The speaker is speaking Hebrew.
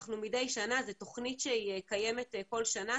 זה תוכנית שהיא קיימת כל שנה,